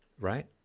Right